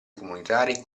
comunitari